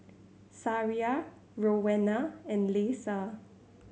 Sariah Rowena and Leisa